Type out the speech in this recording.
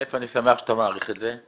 אל"ף, אני שמח שאתה מעריך את זה.